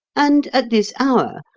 and at this hour,